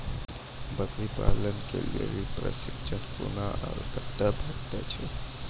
बकरी पालन के लेल प्रशिक्षण कूना आर कते भेटैत छै?